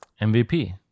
MVP